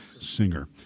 singer